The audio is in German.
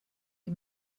die